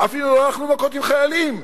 אפילו לא הלכנו מכות עם חיילים.